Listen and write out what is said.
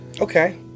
Okay